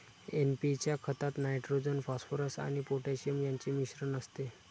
NP च्या खतात nitrogen, phosphorus आणि पोटॅशियम यांचे मिश्रण असते